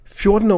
14